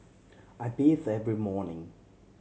I bathe every morning